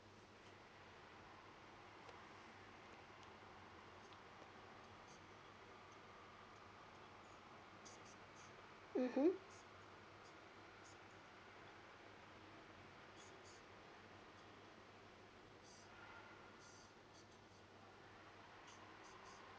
mmhmm